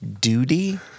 duty